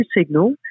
signal